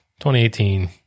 2018